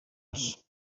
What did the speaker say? else